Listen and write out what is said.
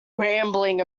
rambling